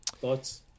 thoughts